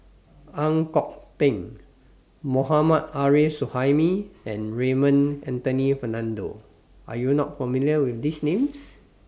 Ang Kok Peng Mohammad Arif Suhaimi and Raymond Anthony Fernando Are YOU not familiar with These Names